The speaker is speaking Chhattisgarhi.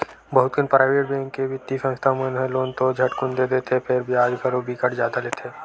बहुत कन पराइवेट बेंक के बित्तीय संस्था मन ह लोन तो झटकुन दे देथे फेर बियाज घलो बिकट जादा लेथे